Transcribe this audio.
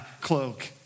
cloak